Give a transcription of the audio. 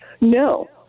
No